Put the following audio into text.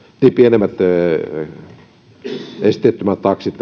pienemmät esteettömät taksit